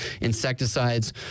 insecticides